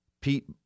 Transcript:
Pete